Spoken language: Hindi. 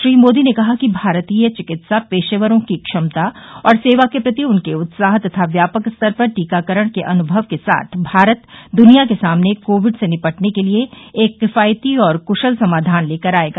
श्री मोदी ने कहा कि भारतीय चिकित्सा पेशवरों की क्षमता और सेवा के प्रति उनके उत्साह तथा व्यापक स्तर पर टीकाकरण के अनुभव के साथ भारत दनिया के सामने कोविड से निपटने के लिए एक किफायती और कृशल समाधान लेकर आएगा